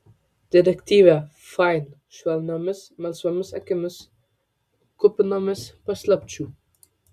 detektyvė fain švelniomis melsvomis akimis kupinomis paslapčių